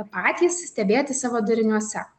patys stebėti savo dariniuose